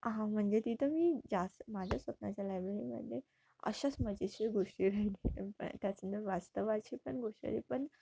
ह म्हणजे तिथं मी जास्त माझ्या स्वप्नाच्या लायब्ररीमध्ये अशाच मजेशीर गोष्टी राहील प त्याचं वास्तवाची पण गोष्टी आली पण